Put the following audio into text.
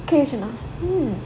occasion ah hmm